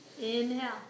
inhale